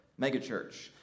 megachurch